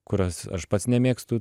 kurios aš pats nemėgstu